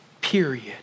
period